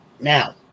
Now